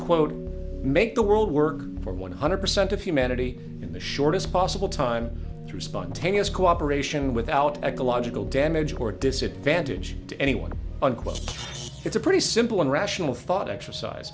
quote make the world work for one hundred percent of humanity in the shortest possible time through spontaneous cooperation without ecological damage or disadvantage to anyone unquote it's a pretty simple and rational thought exercise